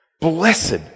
Blessed